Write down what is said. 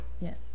Yes